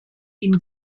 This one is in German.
ihn